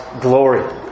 glory